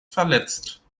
verletzt